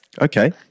okay